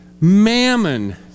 mammon